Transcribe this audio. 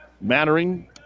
mattering